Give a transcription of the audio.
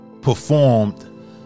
Performed